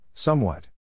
Somewhat